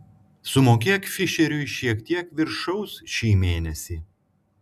sumokėk fišeriui šiek tiek viršaus šį mėnesį